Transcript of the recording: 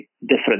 different